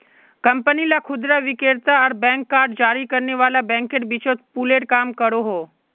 company ला खुदरा विक्रेता आर बैंक कार्ड जारी करने वाला बैंकेर बीचोत पूलेर काम करोहो